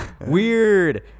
weird